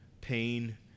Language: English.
pain